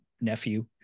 nephew